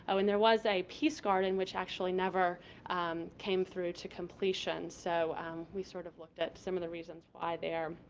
i mean there was a peace garden which actually never came through to completion, so we sort of looked at some of the reasons why there.